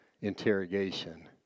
interrogation